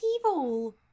evil